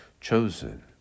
chosen